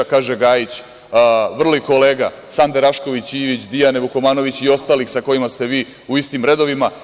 Kaže Gajić vrli kolega Sande Rašković Ivić, Dijane Vukomanović i ostalih sa kojima ste vi u istim redovima.